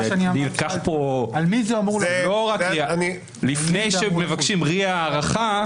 לא רק RIA. לפי שמבקשים הערכה,